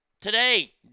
today